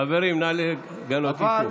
חברים, חברים, נא לגלות איפוק.